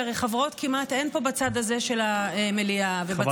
כי הרי חברות כמעט אין פה בצד הזה של המליאה ובצד הזה של הכנסת,